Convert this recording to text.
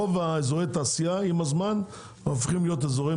רוב אזורי התעשייה בערים הגדולות הופכים להיות אזורי